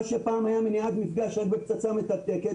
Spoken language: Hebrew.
מה שפעם היה מניעת מפגש בגלל פצצה מתקתקת,